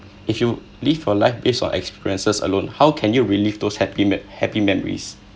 if you live your life based on experiences alone how can you relive those happy me~ happy memories